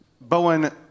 Bowen